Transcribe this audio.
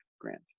grant